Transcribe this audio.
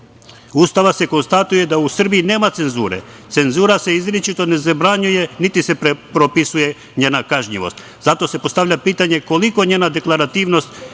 Ustava se konstatuje da u Srbiji nema cenzure. Cenzura se izričito ne zabranjuje, niti se propisuje njena kažnjivost. Zato se postavlja pitanje koliko njena deklarativnost